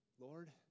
Lord